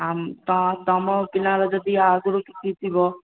ଆମ ତ ତମ ପିଲାଙ୍କର ଯଦି ଆଗରୁ କିଛି ଥିବ